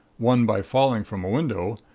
one by falling from a window,